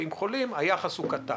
היחס הוא קטן.